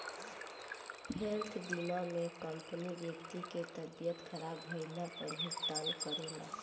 health बीमा में company व्यक्ति के तबियत ख़राब भईला पर भुगतान करेला